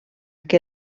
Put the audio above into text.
que